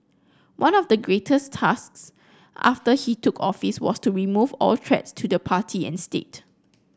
one of the greatest tasks after he took office was to remove all threats to the party and state